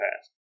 past